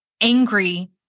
angry